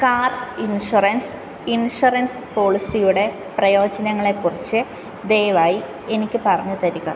car insurance insurance പോളിസിയുടെ പ്രയോജനങ്ങളെ കുറിച്ച് ദയവായി എനിക്ക് പറഞ്ഞു തരിക